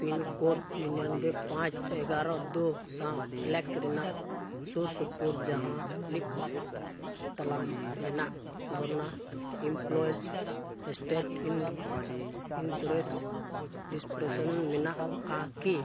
pin code ᱱᱤᱨᱟᱱᱚᱵᱵᱳᱭ ᱯᱟᱸᱪ ᱮᱜᱟᱨᱚ ᱫᱳ ᱥᱟᱶ ᱮᱞᱮᱠ ᱨᱮᱱᱟᱜ ᱥᱩᱨ ᱥᱩᱯᱩᱨ ᱡᱟᱦᱟᱸ ᱤᱞᱤᱠᱥ ᱛᱟᱞᱢᱟ ᱨᱮᱱᱟᱜ ᱫᱷᱚᱨᱚᱱ ᱮᱢᱯᱞᱳᱭᱤᱥ ᱥᱴᱮᱴ ᱤᱱᱥᱩᱨᱮᱱᱥ ᱰᱤᱥᱯᱮᱱᱥᱟᱨᱤ ᱢᱮᱱᱟᱜᱼᱟ ᱠᱤ